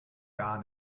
gar